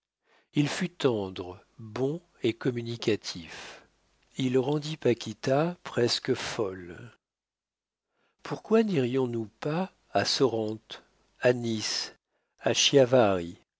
il fut tendre bon et communicatif il rendit paquita presque folle pourquoi nirions nous pas à sorrente à